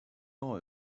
more